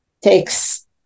takes